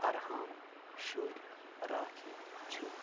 ارہام شُرۍ راکھی چھِ